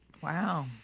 Wow